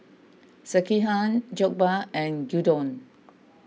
Sekihan Jokbal and Gyudon